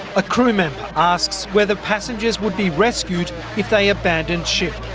a crew member asks whether passengers would be rescued if they abandon ship.